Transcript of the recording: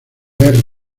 ver